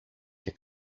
και